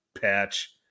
patch